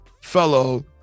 fellow